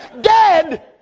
dead